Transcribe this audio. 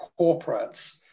corporates